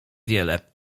wiele